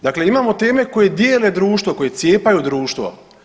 Dakle, imamo teme koje dijele društvo, koje cijepaju društvo.